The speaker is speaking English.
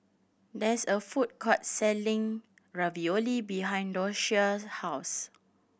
there is a food court selling Ravioli behind Docia's house